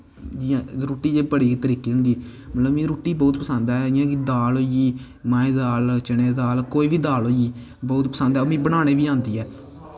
रुट्टी जि'यां बड़े तरीकें दी होंदी मिगी रुट्टी बड़ी पसंद ऐ जि'यां कि दाल होई गेई माहें दी दाल चनें दी दाल कोई बी दाल होई गेई बौह्त पसंद ऐ ओह् मिगी बनाने बी औंदी ऐ